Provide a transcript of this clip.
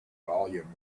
volume